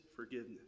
Forgiveness